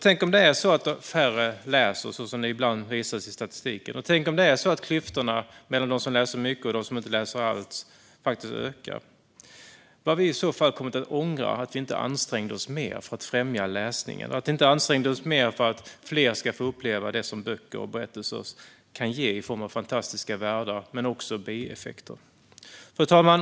Tänk om det är så att färre läser, som det ibland framgår av statistiken, och tänk om klyftorna mellan dem som läser mycket och dem som inte läser alls faktiskt ökar. Vad vi kommer att ångra att vi inte ansträngde oss mer för att främja läsningen, att vi inte ansträngde oss mer för att fler ska få uppleva det som böcker och berättelser kan ge i form av fantastiska världar och även bieffekter. Fru talman!